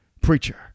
preacher